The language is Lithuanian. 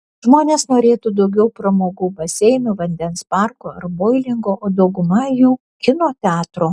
žmonės norėtų daugiau pramogų baseino vandens parko ar boulingo o dauguma jų kino teatro